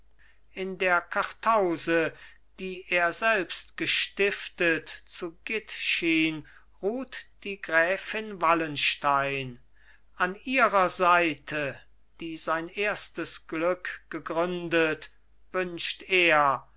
in der kartause die er selbst gestiftet zu gitschin ruht die gräfin wallenstein an ihrer seite die sein erstes glück gegründet wünscht er